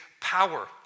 power